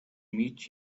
meet